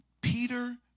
Peter